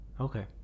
Okay